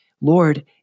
Lord